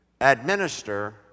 administer